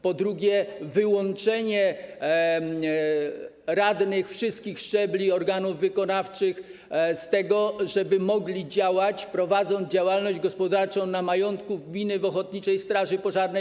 Po drugie, wyłączenie radnych wszystkich szczebli organów wykonawczych z tego, żeby mogli działać, prowadząc działalność gospodarczą na majątku gminy, w ochotniczej straży pożarnej.